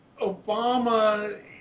Obama